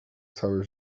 całe